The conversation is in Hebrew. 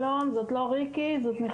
שלום, זו לא ריקי, שמי